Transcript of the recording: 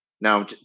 now